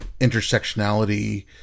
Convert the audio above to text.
intersectionality